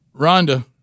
Rhonda